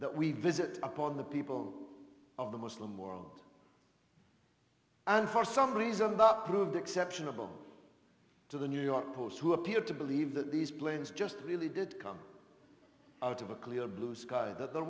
that we visit upon the people of the muslim world and for some reason that proved exceptionable to the new york post who appear to believe that these planes just really did come out of a clear blue sky th